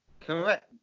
Correct